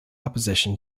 opposition